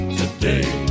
today